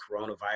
coronavirus